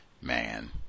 man